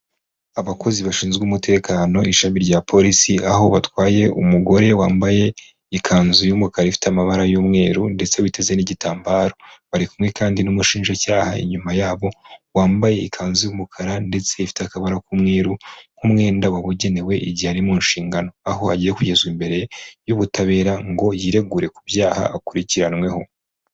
Abakozi bashinzwe umutekano ishami rya polisi aho batwaye umugore wambaye ikanzu y'umukara ifite amabara y'umweru ndetse biteze n'igitambaro. Bari kumwe kandi n'umushinjacyaha inyuma yabo wambaye ikanzu y'umukara ndetse ifite akabara k'umweru nk'umwenda wabugenewe mu gihe ari mu nshingano, aho agiye kugezwa imbere y'ubutabera ngo yiregure ku byaha akurikiranyweho